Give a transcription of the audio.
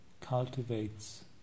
cultivates